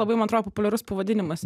labai man atrodo populiarus pavadinimas